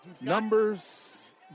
Numbers